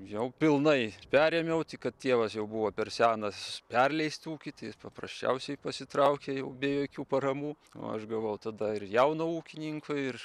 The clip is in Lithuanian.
jau pilnai perėmiau tik kad tėvas jau buvo per senas perleisti ūkį tai jis paprasčiausiai pasitraukė jau be jokių paramų o aš gavau tada ir jauno ūkininko ir